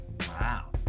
wow